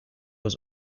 was